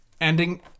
Ending